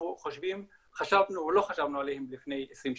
חשבנו או לא חשבנו עליהם לפני 20 שנה.